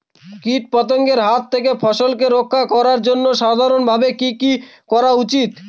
কীটপতঙ্গের হাত থেকে ফসলকে রক্ষা করার জন্য সাধারণভাবে কি কি করা উচিৎ?